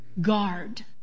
guard